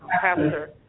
Pastor